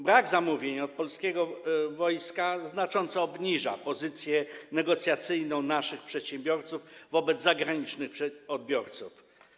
Brak zamówień od polskiego wojska znacząco obniża pozycję negocjacyjną naszych przedsiębiorców wobec zagranicznych odbiorców.